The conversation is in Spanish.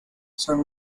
son